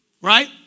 right